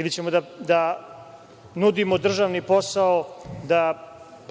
ili ćemo da nudimo državni posao, da